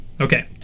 Okay